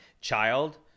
child